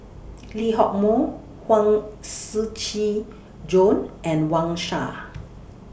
Lee Hock Moh Huang Shiqi Joan and Wang Sha